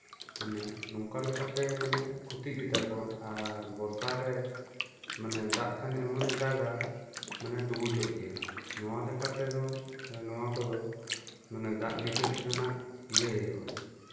ᱢᱟᱱᱮ ᱱᱚᱝᱠᱟ ᱞᱮᱠᱟᱛᱮ ᱢᱟᱱᱮ ᱠᱷᱚᱛᱤᱜ ᱜᱮᱛᱟ ᱠᱚᱣᱟ ᱟᱨ ᱵᱚᱨᱥᱟᱨᱮ ᱫᱟᱜ ᱠᱷᱟᱱ ᱮᱢᱚᱱᱮ ᱫᱟᱜᱼᱟ ᱢᱟᱱᱮ ᱰᱩᱵᱩᱡᱚᱜ ᱜᱮᱭᱟ ᱱᱚᱣᱟ ᱞᱮᱠᱟ ᱛᱮᱫᱚ ᱱᱚᱣᱟ ᱠᱚᱫᱚ ᱫᱟᱜ ᱱᱤᱠᱟᱹᱥ ᱨᱮᱭᱟᱜ ᱤᱭᱟᱹ ᱦᱩᱭᱩᱜᱼᱟ